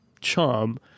charm